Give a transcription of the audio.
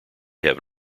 have